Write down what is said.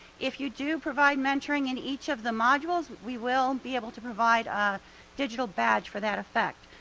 if you do provide mentoring in each of the modules we will be able to provide a digital badge for that effect.